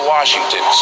Washington